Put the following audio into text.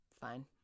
fine